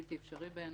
בלתי אפשרי בעיניי.